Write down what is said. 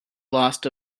lost